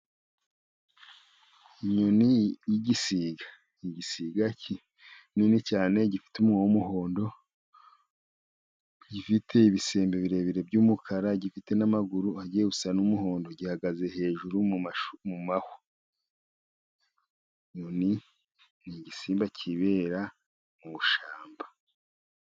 Inyoni y'igisiga , igisiga kinini cyane gifite umunwa w'umuhondo , gifite ibisembe birebire by'umukara , gifite n'amaguru agiye gusa n'umuhondo gihagaze hejuru mu mahwa , inyoni n'igisimba kibera mu ishyamba.